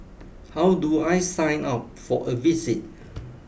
how do I sign up for a visit